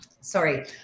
sorry